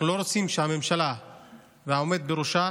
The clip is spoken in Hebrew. אנחנו לא רוצים שהממשלה והעומד בראשה